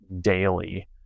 daily